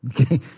Okay